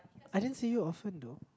I didn't see you often though